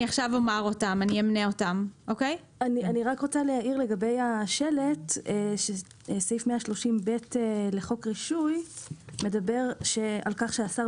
אני רוצה להעיר לגבי השלט שסעיף 130(ב) לחוק רישוי מדבר על כך שהשר,